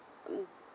mm